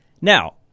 Now